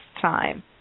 time